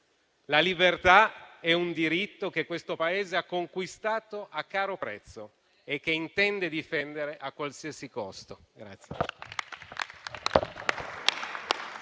La libertà è un diritto che questo Paese ha conquistato a caro prezzo e che intende difendere a qualsiasi costo.